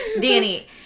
Danny